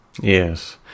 Yes